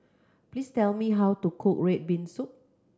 please tell me how to cook red bean soup